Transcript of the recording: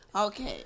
Okay